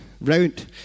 round